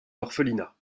orphelinat